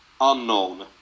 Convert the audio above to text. unknown